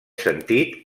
sentit